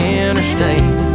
interstate